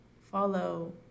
follow